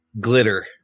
glitter